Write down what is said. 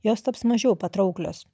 jos taps mažiau patrauklios